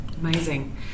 Amazing